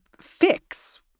fix